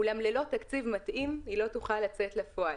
אולם ללא תקציב מתאים היא לא תוכל לצאת לפועל.